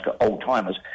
old-timers